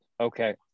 Okay